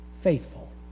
faithful